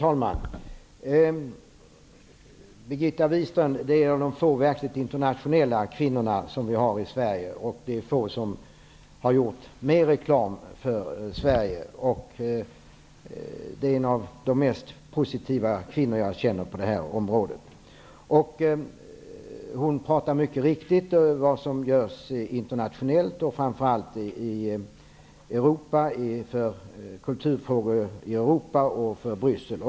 Herr talman! Birgitta Wistrand är en av de få verkligt internationella kvinnor som vi har i Sverige. Det är få som har gjort mer reklam för Sverige än hon. Det är en av de mest positiva kvinnor som jag känner på det här området. Hon talar mycket riktigt om vad som görs internationellt, framför allt i Europa, för kulturfrågor, t.ex. i Bryssel.